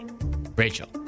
Rachel